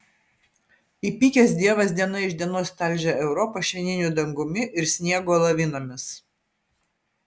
įpykęs dievas diena iš dienos talžė europą švininiu dangumi ir sniego lavinomis